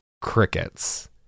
Crickets